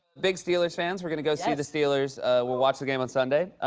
big steelers fans. we're gonna go see the steelers we'll watch the game on sunday,